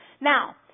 Now